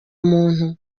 muntu